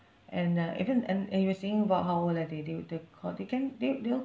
and uh even an~ uh you were saying about how old are they they they call they can they they'll